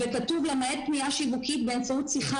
וכתוב: "למעט פניה שיווקית באמצעות שיחה